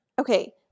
Okay